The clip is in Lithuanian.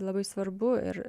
labai svarbu ir